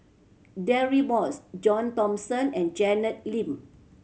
Deirdre Moss John Thomson and Janet Lim